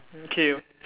okay